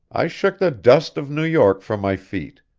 i shook the dust of new york from my feet.